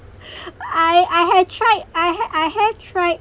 I I had tried I had I had tried